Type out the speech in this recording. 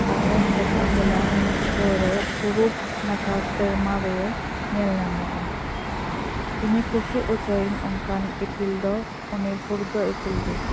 ᱟᱨᱦᱚᱸ ᱥᱮᱛᱟᱜ ᱵᱮᱞᱟ ᱵᱷᱳᱨ ᱨᱮ ᱯᱩᱨᱩᱵ ᱞᱟᱠᱷᱟ ᱥᱮᱨᱢᱟ ᱨᱮ ᱧᱮᱞ ᱧᱟᱢᱚᱜᱼᱟ ᱤᱧᱮ ᱠᱩᱥᱤ ᱚᱪᱚᱭᱮᱧ ᱚᱱᱠᱟᱱ ᱤᱯᱤᱞ ᱫᱚ ᱩᱱᱤ ᱵᱷᱩᱨᱠᱟᱹ ᱤᱯᱤᱞ ᱜᱮ